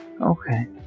okay